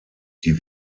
die